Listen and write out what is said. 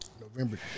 November